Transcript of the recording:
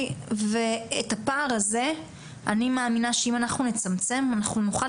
ואת הפער הזה אני מאמינה שאם אנחנו נצמצם אנחנו נוכל